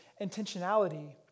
intentionality